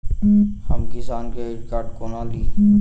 हम किसान credit card कोना ली?